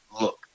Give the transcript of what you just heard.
look